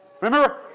Remember